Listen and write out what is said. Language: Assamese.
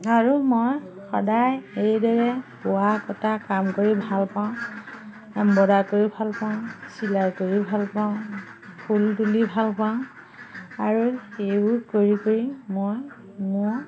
আৰু মই সদায় এইদৰে বোৱা কটা কাম কৰি ভাল পাওঁ এম্বইদাৰ কৰি ভাল পাওঁ চিলাই কৰি ভাল পাওঁ ফুল তুলি ভাল পাওঁ আৰু সেইবোৰ কৰি কৰি মই মোৰ